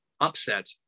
upset